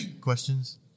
questions